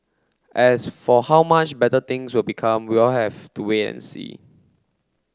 as for how much better things will become we'll have to wait and see